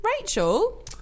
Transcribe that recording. Rachel